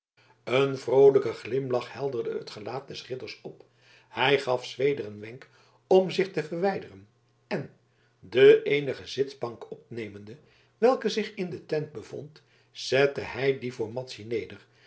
een vroolijke glimlach helderde het gelaat des ridders op hij gaf zweder een wenk om zich te verwijderen en de eenige zitbank opnemende welke zich in de tent bevond zette hij die voor